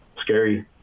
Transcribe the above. scary